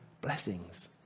blessings